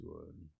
one